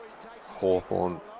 Hawthorne